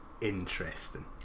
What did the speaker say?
interesting